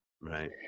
right